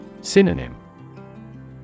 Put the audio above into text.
Synonym